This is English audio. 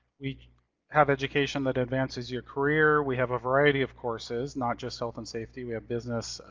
we have education that advances your career. we have a variety of courses, not just health and safety. we have business,